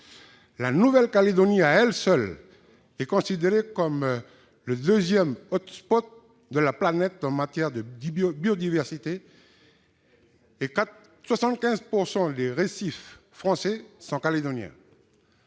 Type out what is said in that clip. La Nouvelle-Calédonie à elle seule est considérée comme le deuxième de la planète en matière de biodiversité, et 75 % des récifs français sont calédoniens.